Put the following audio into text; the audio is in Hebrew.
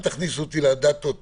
אל תכניסו אותי לפרטים